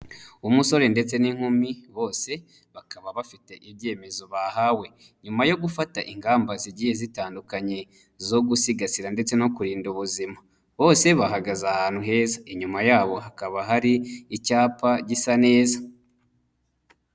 Umusore ndetse n'inkumi, bose bakaba bafite ibyemezo bahawe. Nyuma yo gufata ingamba zigiye zitandukanye zo gusigasira ndetse no kurinda ubuzima. Bose bahagaze ahantu heza. Inyuma yabo, hakaba hari icyapa gisa neza.